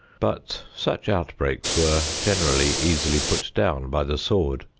but such outbreaks were generally easily put down by the sword.